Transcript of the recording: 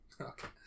Okay